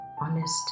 honest